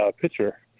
pitcher